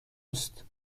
است